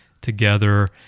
together